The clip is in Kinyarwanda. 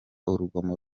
urugomo